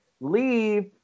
leave